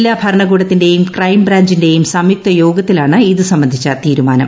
ജില്ലാ ഭരണകൂടത്തിന്റെയും ക്രൈംബ്രാഞ്ചിന്റെയും സംയുക്ത യോഗത്തിലാണ് ഇതുസംബന്ധിച്ച തീരുമാനം